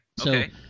okay